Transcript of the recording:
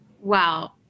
Wow